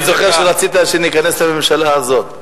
אני זוכר שרצית שניכנס לממשלה הזאת.